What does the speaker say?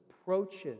approaches